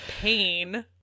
pain